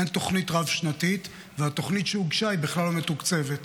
אין תוכנית רב-שנתית והתוכנית שהוגשה בכלל לא מתוקצבת,